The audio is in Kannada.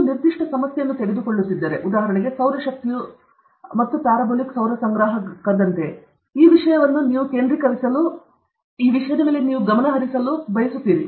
ನೀವು ನಿರ್ದಿಷ್ಟ ಸಮಸ್ಯೆಯನ್ನು ತೆಗೆದುಕೊಳ್ಳುತ್ತಿದ್ದರೆ ಸೌರ ಶಕ್ತಿಯು ಮತ್ತು ಪ್ಯಾರಾಬೊಲಿಕ್ ಸೌರ ಸಂಗ್ರಾಹಕನಂತೆಯೇ ಈ ವಿಷಯವು ನೀವು ಕೇಂದ್ರೀಕರಿಸಲು ಗಮನವನ್ನು ಕೇಂದ್ರೀಕರಿಸಲು ಮತ್ತು ಸರಿಹೊಂದುವಂತೆ ಬಯಸುತ್ತೀರಿ